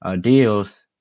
deals